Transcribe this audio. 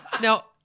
Now